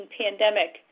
pandemic